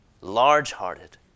Large-hearted